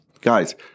Guys